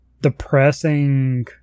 depressing